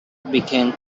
became